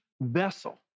vessel